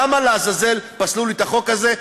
למה לעזאזל פסלו לי את החוק הזה?